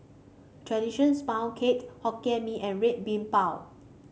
traditional sponge cake Hokkien Mee and Red Bean Bao